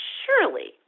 surely